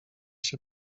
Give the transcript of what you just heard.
się